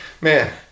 man